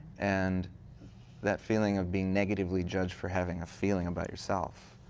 and that feeling of being negatively judged for having a feeling about yourself.